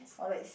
or likes